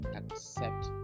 accept